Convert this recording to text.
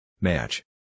Match